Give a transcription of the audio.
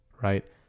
right